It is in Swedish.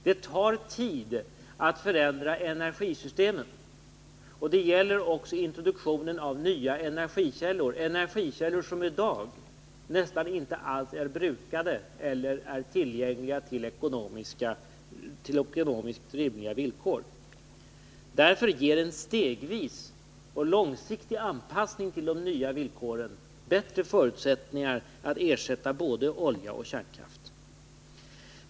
Det tar tid att förändra energisystemen och det gäller också introduktionen av nya energikällor, energikällor som i dag nästan inte alls brukas eller som inte är tillgängliga på ekonomiskt rimliga villkor. Därför ger en anpassning stegvis och långsiktigt till de nya villkoren bättre förutsättningar för att ersätta både olja och kärnkraft.